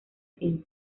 tinta